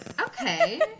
Okay